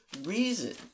reason